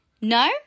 No